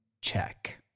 check